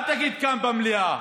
אל תגיד כאן במליאה.